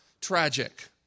tragic